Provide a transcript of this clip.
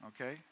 okay